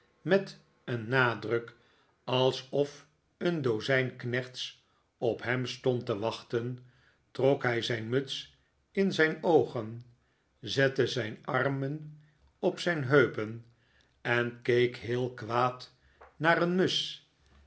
met een nadruk alsof een dozijn knechts op hem stond nikola as nickleby te wachten trok hij zijn muts in zijn oogen zette zijn armen op zijn heupen en keek heel kwaad naar een musch